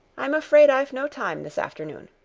i'm afraid i've no time, this afternoon.